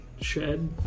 shed